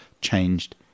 changed